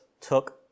took